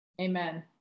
Amen